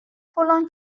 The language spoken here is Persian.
فلان